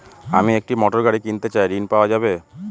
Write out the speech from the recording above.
আমি একটি মোটরগাড়ি কিনতে চাই ঝণ পাওয়া যাবে?